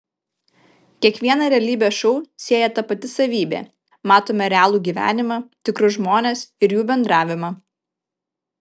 kiekvieną realybės šou sieja ta pati savybė matome realų gyvenimą tikrus žmones ir jų bendravimą